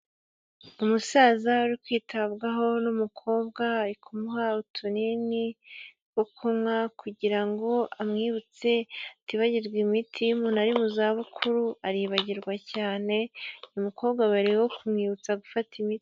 Umusaza ari kwitabwaho n'umukobwa, ari kumuha utunini wo kunywa kugira ngo amwibutse atibagirwa imiti, umuntu ari mu zabukuru aribagirwa cyane, uyu mukobwa arimo kumwibutsa gufata imiti.